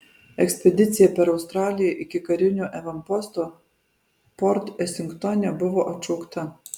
ekspedicija per australiją iki karinio avanposto port esingtone buvo atšaukta